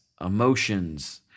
emotions